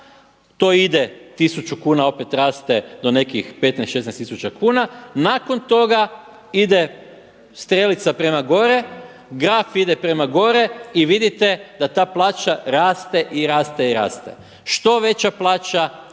to ide 1000 kuna opet raste do nekih 15, 16 tisuća kuna, nakon toga ide strelica prema gore, graf ide prema gore i vidite da ta plaća raste i raste i raste. Što veća plaća,